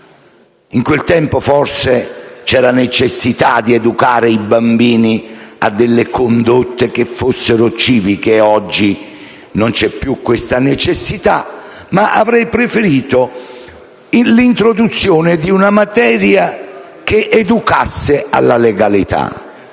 In quel tempo, forse, vi era la necessità di educare i bambini a delle condotte che fossero civiche. Oggi non c'è più questa necessità, ma avrei preferito l'introduzione di una materia che educasse alla legalità.